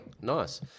Nice